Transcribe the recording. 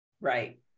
Right